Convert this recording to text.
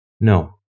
No